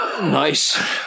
Nice